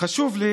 חשוב לי